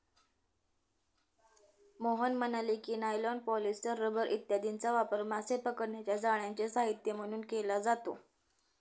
मोहन म्हणाले की, nylon, polyester, rubber इत्यादींचा वापर मासे पकडण्याच्या जाळ्यांचे साहित्य म्हणून केला जातो